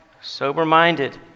sober-minded